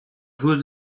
joueuse